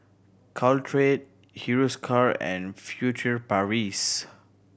Caltrate Hiruscar and Furtere Paris